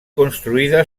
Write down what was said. construïda